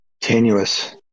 tenuous